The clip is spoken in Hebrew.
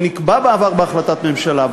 שנקבע בעבר בהחלטת הממשלה,